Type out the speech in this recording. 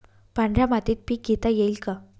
पांढऱ्या मातीत पीक घेता येईल का?